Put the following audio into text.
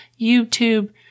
YouTube